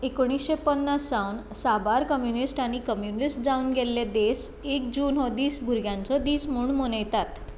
एकोणीशे पन्नास सावन साबार कम्युनिस्ट आनी कम्युनिस्ट जावन गेल्ले देस एक जून हो दीस भुरग्यांचो दीस म्हूण मनयतात